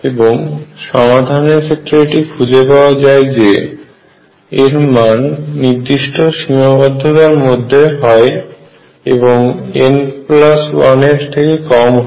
এবং সমাধানের ক্ষেত্রে এটি খুঁজে পাওয়া যায় যে l এর মান নির্দিষ্ট সীমাবদ্ধতার মধ্যে হয় এবং এর থেকে কম হয়